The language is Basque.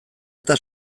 eta